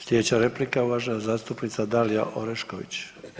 Slijedeća replika uvažena zastupnica Dalija Orešković.